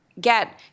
get